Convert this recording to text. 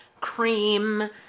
cream